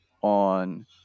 on